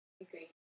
agree